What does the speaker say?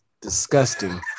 Disgusting